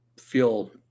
feel